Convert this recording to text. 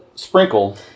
Sprinkle